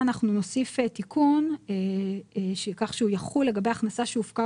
כאן אנחנו נוסיף תיקון כך שהוא יחול לגבי הכנסה שהופקה